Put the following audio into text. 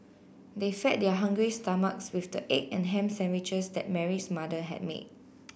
they fed their hungry stomachs with the egg and ham sandwiches that Mary's mother had made